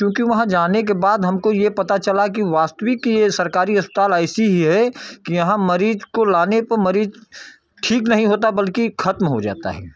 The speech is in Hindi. चूँकि वहाँ जाने के बाद हमको यह पता चला कि वास्तविक की यह सरकारी अस्पताल ऐसी ही है कि यहाँ मरीज़ को लाने पर मरीज़ ठीक नहीं होता बल्कि ख़त्म हो जाता है